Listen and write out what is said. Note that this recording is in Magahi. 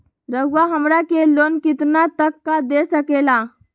रउरा हमरा के लोन कितना तक का दे सकेला?